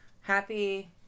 happy